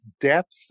depth